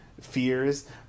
fears